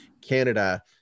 Canada